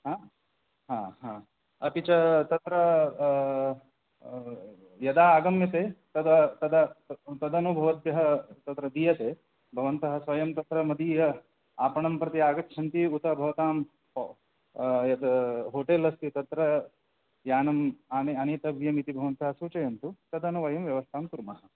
हा हा हा अपि च तत्र यदा आगम्यते तदा तदा तदनुभवभः तत्र दीयते भवन्तः स्वयं तत्र मदीय आपणं प्रति आगच्छन्ति उत भवतां यत् होटेल् अस्ति तत्र यानम् आने आनेतव्यम् इति भवन्तः सूचयन्तु तदनु वयं व्यवस्थां कुर्मः